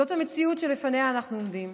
זאת המציאות שלפניה אנחנו עומדים.